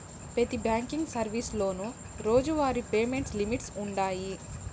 పెతి బ్యాంకింగ్ సర్వీసులోనూ రోజువారీ పేమెంట్ లిమిట్స్ వుండాయి